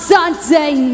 Sunday